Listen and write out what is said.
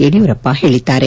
ಯಡಿಯೂರಪ್ಪ ಹೇಳಿದ್ದಾರೆ